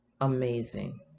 amazing